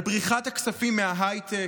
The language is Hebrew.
על בריחת הכספים מההייטק?